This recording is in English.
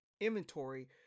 inventory